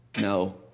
No